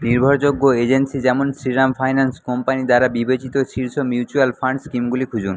নির্ভরযোগ্য এজেন্সি যেমন Shriram finance company দ্বারা বিবেচিত শীর্ষ মিউচুয়াল ফান্ডস স্কিমগুলি খুঁজুন